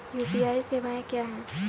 UPI सवायें क्या हैं?